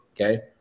okay